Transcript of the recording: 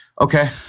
okay